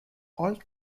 all